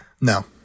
No